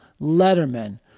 letterman